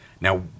Now